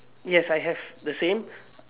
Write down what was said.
yes I have the same